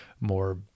more